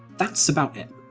that's about it.